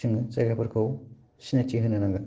जोङो जायगाफोरखौ सिनाइथि होनो नांगोन